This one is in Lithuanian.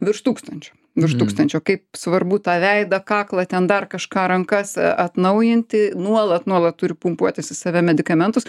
virš tūkstančio virš tūkstančio kaip svarbu tą veidą kaklą ten dar kažką rankas atnaujinti nuolat nuolat turi pumpuotis į save medikamentus